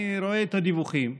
אני רואה את הדיווחים,